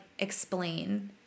explain